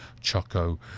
Choco